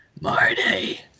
Marty